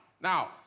Now